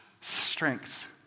strength